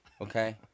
okay